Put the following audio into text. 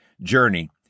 journey